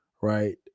right